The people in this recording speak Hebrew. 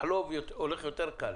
לחלוב יותר קל.